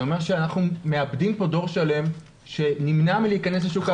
זה אומר שאנחנו מאבדים דור שלם שנמנע מלהיכנס לשוק העבודה.